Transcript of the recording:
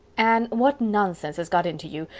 anne, what nonsense has got into you?